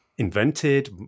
invented